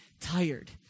tired